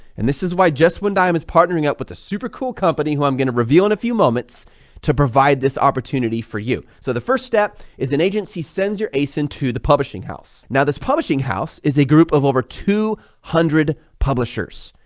and this is why just one dime is partnering up with a super cool company who i'm going to reveal in a few moments to provide this opportunity for you. so the first step is an agency sends your asin so and to the publishing house. now, this publishing house is a group of over two hundred publishers.